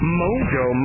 mojo